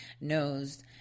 knows